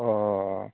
অঁ